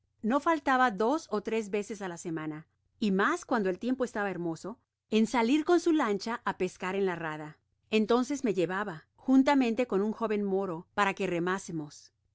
no faltaba dos ó tres veces á la semana y mas cuando el tiempo estaba hermoso en salir con su lancha á pescar en la rada entonces me llevaba juntamente con un jóveo moro para que remásemos